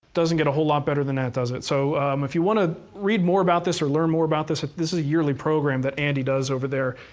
doesn't get a whole lot better than that, does it? so if you want to read more about this or learn more about this, this is a yearly program that andy does over there,